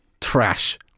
trash